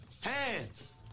Hands